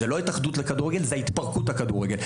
זאת לא התאחדות לכדורגל זה התפרקות הכדורגל.